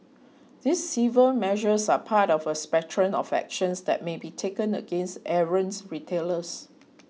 these civil measures are part of a spectrum of actions that may be taken against errant retailers